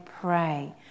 pray